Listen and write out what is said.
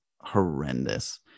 horrendous